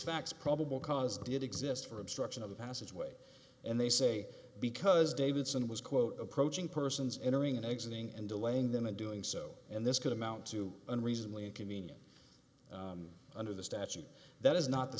facts probable cause did exist for obstruction of the passageway and they say because davidson was quote approaching persons entering and exiting and delaying them and doing so and this could amount to unreasonably inconvenience under the statute that is not the